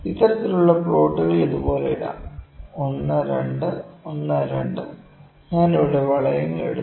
ഇത്തരത്തിലുള്ള പ്ലോട്ട് ഇതുപോലെ ഇടാം 1 2 1 2 ഞാൻ ഇവിടെ വളയങ്ങൾ ഇടുന്നു